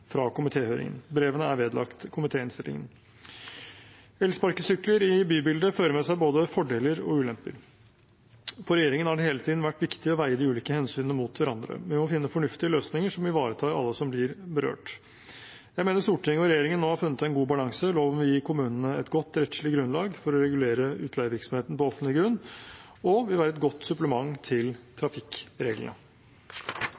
fra komitéhøringen. Brevene er vedlagt komitéinnstillingen. Elsparkesykler i bybildet fører med seg både fordeler og ulemper. For regjeringen har det hele tiden vært viktig å veie de ulike hensynene mot hverandre. Vi må finne fornuftige løsninger som ivaretar alle som blir berørt. Jeg mener at Stortinget og regjeringen nå har funnet en god balanse. Loven vil gi kommunene et godt rettslig grunnlag for å regulere utleievirksomheten på offentlig grunn og vil være et godt supplement til